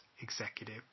executive